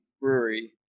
brewery